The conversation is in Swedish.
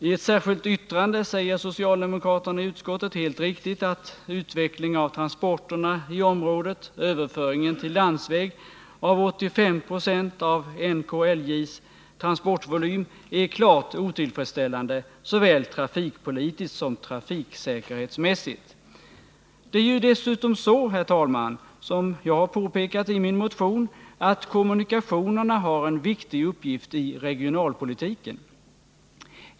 I ett särskilt yttrande säger socialdemokraterna i utskottet helt riktigt att utvecklingen av transporterna i området, framför allt överföringen till landsvägstransport av 85 96 av NKIJ:s transportvolym, är klart otillfredsställande såväl trafikpolitiskt som trafiksäkerhetsmässigt. Dessutom, herr talman, har kommunikationerna — vilket jag har påpekat i min motion — en viktig uppgift i regionalpolitiken.